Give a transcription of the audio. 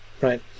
right